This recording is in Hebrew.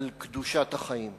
על קדושת החיים.